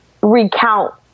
recount